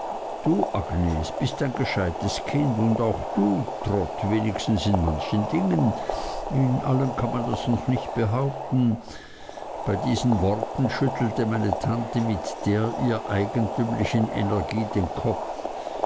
du agnes bist ein gescheites kind und auch du trot wenigstens in manchen dingen in allen kann man das noch nicht behaupten bei diesen worten schüttelte meine tante mit der ihr eigentümlichen energie den kopf